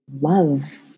love